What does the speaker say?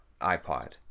iPod